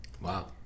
Wow